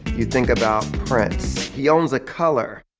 you think about prince he owns a color.